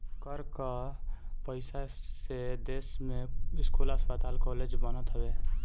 कर कअ पईसा से देस में स्कूल, अस्पताल कालेज बनत हवे